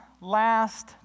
last